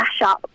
mashup